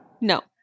No